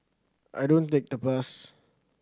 I don't take the bus